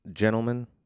gentlemen